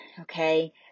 okay